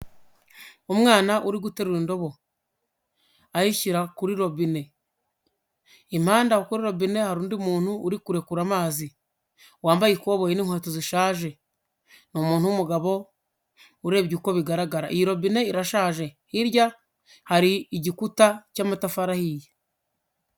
Umwana uri guterura indobo ayishyira kuri robine; impande aho kuri robine hari undi muntu uri kurekura amazi, wambaye ikoboyi n'inkweto zishaje; ni umuntu w'umugabo, urebye uko bigaragara iyi robine irashaje; hirya hari igikuta cy'amatafari ahiye.